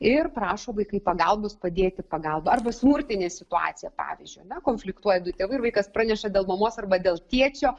ir prašo vaikai pagalbos padėkit pagalba arba smurtinė situacija pavyzdžiui ne konfliktuoja du tėvai ir vaikas praneša dėl mamos arba dėl tėčio